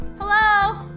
Hello